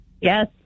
yes